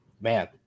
Man